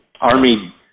army